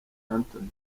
anthony